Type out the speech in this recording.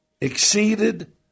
exceeded